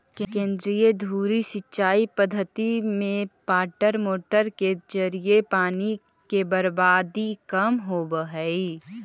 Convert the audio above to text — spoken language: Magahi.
केंद्रीय धुरी सिंचाई पद्धति में वाटरमोटर के जरिए पानी के बर्बादी कम होवऽ हइ